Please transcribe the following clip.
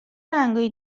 رنگای